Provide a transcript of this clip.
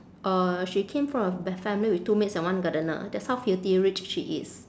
uh she came from a be~ family with two maids and one gardener that's how filthy rich she is